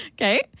Okay